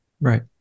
right